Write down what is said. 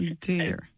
dear